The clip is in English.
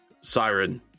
Siren